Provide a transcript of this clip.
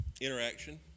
interaction